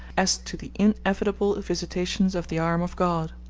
as to the inevitable visitations of the arm of god.